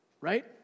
right